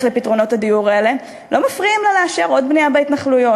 לפתרונות הדיור האלה לא מפריעים לה לאשר עוד בנייה בהתנחלויות,